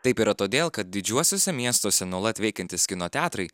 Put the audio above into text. taip yra todėl kad didžiuosiuose miestuose nuolat veikiantys kino teatrai